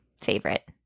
favorite